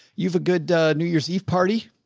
you've a good new year's eve party.